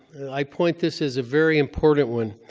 i point this as a very important one.